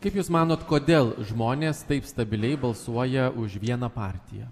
kaip jūs manot kodėl žmonės taip stabiliai balsuoja už vieną partiją